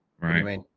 right